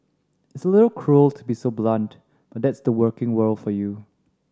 it's a little cruel to be so blunt but that's the working world for you